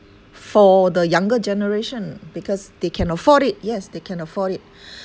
for the younger generation because they can afford it yes they can afford it